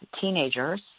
teenagers